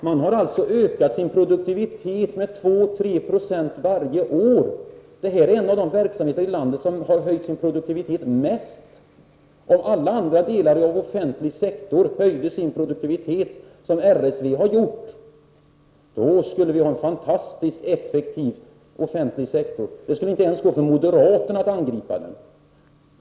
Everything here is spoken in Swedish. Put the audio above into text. Man har ökat sin produktivitet med 2-3 Ze varje år. Det här är en av de verksamheter i landet som har höjt sin produktivitet mest. Om alla andra delar av offentlig sektor höjt sin produktivitet som RSV har gjort, skulle vi ha en fantastiskt effektiv offentlig sektor. Det skulle inte ens gå för moderaterna att angripa den.